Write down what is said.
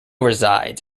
resides